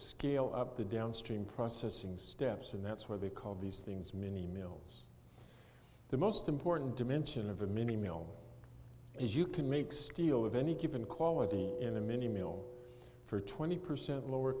scale up the downstream processing steps and that's why they call these things many males the most important dimension of a mini male is you can make steel of any given quality in a mini mill for twenty percent lower